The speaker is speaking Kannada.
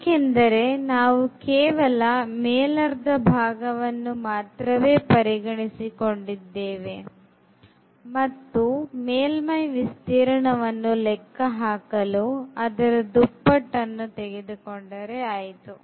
ಏಕೆಂದರೆ ನಾವು ಕೇವಲ ಮೇಲರ್ಧ ಭಾಗವನ್ನು ಮಾತ್ರವೇ ಪರಿಗಣಿಸಿದ್ದೇವೆ ಮತ್ತು ಮೇಲ್ಮೈ ವಿಸ್ತೀರ್ಣವನ್ನು ಲೆಕ್ಕಹಾಕಲು ಅದರ ದುಪಟ್ಟನ್ನು ತೆಗೆದುಕೊಂಡರೆ ಆಯಿತು